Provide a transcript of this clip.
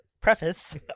Preface